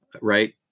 right